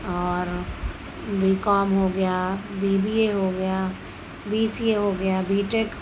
اور B Com ہو گیا بی بی اے ہو گیا بی سی اے ہو گیا بی ٹیک